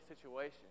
situation